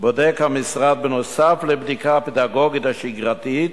בודק המשרד, נוסף על הבדיקה הפדגוגית השגרתית,